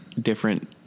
different